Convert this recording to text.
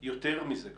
יותר מזה,